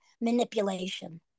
manipulation